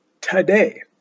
today